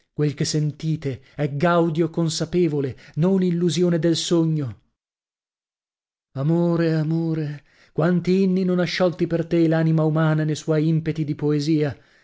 quel che sentite è gaudio consapevole non illusione del sogno amore amore quanti inni non ha sciolti per te l'anima umana ne suoi impeti di poesia